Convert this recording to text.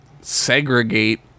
segregate